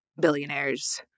billionaires